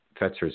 Fetzer's